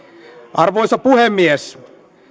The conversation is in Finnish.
arvoisa puhemies